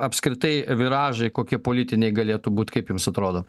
apskritai viražai kokie politiniai galėtų būt kaip jums atrodo